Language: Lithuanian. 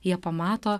jie pamato